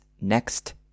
next